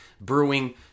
Brewing